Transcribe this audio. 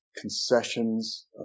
Concessions